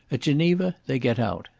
at geneva they get out.